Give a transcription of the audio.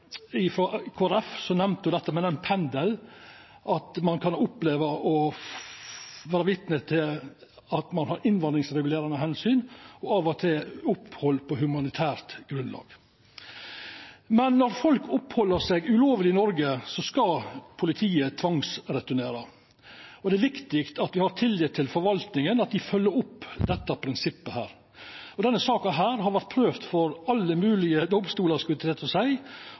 vår. Men så opplever me sjølvsagt saker som er veldig krevjande, og dette er ei slik sak. Kristeleg Folkeparti nemnde dette med pendelen, at ein kan oppleva å vera vitne til at det er innvandringsregulerande omsyn og av og til opphald på humanitært grunnlag. Men når folk oppheld seg ulovleg i Noreg, skal politiet tvangsreturnera. Det er viktig at me har tillit til forvaltinga, at dei følgjer opp dette prinsippet. Denne saka har vore prøvd for alle moglege domstolar – skulle